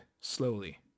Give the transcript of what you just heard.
slowly